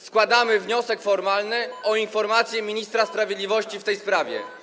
Składamy wniosek formalny o informację ministra sprawiedliwości w tej sprawie.